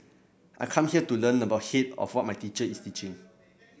I come here to learn about hit of what my teacher is teaching